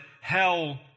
hell